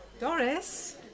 Doris